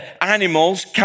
animals